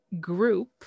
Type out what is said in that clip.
group